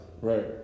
Right